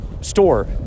store